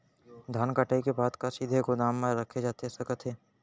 धान कटाई के बाद का सीधे गोदाम मा रखे जाथे सकत हे?